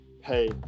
hey